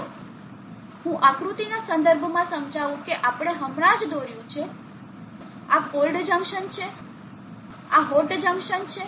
ચાલો હું આકૃતિના સંદર્ભમાં સમજાવું કે આપણે હમણાં જ દોર્યું છે આ કોલ્ડ જંકશન છે આ હોટ જંકશન છે